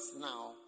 now